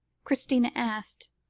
christina asked,